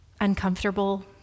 uncomfortable